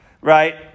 right